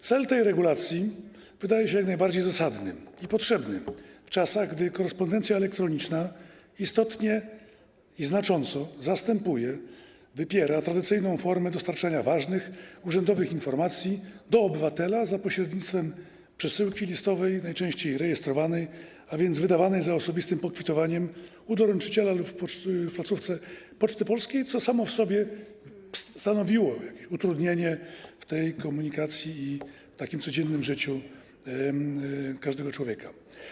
Cel tej regulacji wydaje się jak najbardziej zasadny i potrzebny w czasach, gdy korespondencja elektroniczna istotnie i znacząco zastępuje, wypiera tradycyjną formę dostarczania ważnych, urzędowych informacji do obywatela za pośrednictwem przesyłki listowej, najczęściej rejestrowanej, a więc wydawanej za osobistym pokwitowaniem u doręczyciela lub w placówce Poczty Polskiej, co samo w sobie stanowiło utrudnienie w tej komunikacji i codziennym życiu każdego człowieka.